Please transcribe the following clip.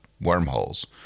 wormholes